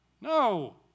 No